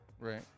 Right